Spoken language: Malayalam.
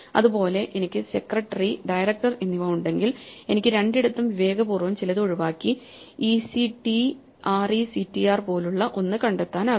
അതുപോലെ എനിക്ക് secretary director എന്നിവ ഉണ്ടെങ്കിൽ എനിക്ക് രണ്ടിടത്തും വിവേകപൂർവ്വം ചിലത് ഒഴിവാക്കി ectrectr പോലുള്ള ഒന്ന് കണ്ടെത്താനാകും